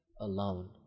alone